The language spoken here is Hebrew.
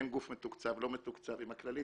כן גוף מתוקצב לא גוף מתוקצב עם הכללית